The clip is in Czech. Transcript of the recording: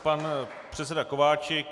Pan předseda Kováčik.